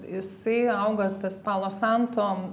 jisai auga tas palo santo